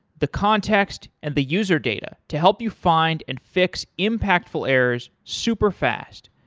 the context, and the user data to help you find and fix impactful errors superfast.